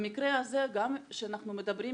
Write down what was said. במקרה הזה שאנחנו מדברים,